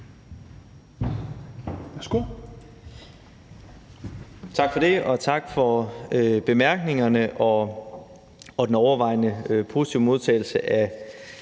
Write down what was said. Værsgo.